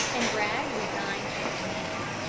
and bragg resigned his command.